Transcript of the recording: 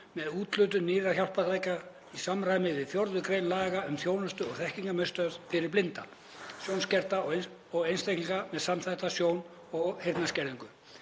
með úthlutun nýrra hjálpartækja í samræmi við 4. gr. laga um þjónustu- og þekkingarmiðstöð fyrir blinda, sjónskerta og einstaklinga með samþætta sjón- og heyrnarskerðingu,